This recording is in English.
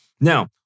Now